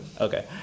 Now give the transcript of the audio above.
okay